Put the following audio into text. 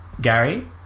Gary